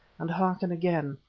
and hearken again.